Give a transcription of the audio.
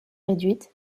réduite